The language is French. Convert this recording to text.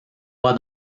pas